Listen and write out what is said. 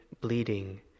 bleeding